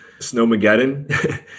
Snowmageddon